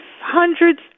hundreds